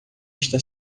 está